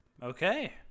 Okay